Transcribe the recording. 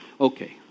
Okay